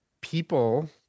people